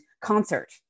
concert